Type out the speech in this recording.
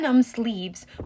sleeves